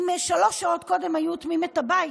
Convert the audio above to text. אם שלוש שעות קודם היו אוטמים את הבית,